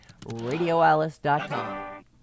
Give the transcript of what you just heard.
RadioAlice.com